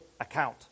account